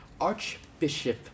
Archbishop